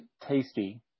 tasty